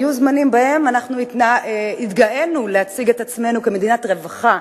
היו זמנים שבהם התגאינו להציג את עצמנו כמדינת רווחה,